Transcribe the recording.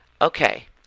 okay